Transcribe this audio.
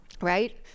right